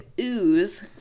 ooze